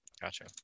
Gotcha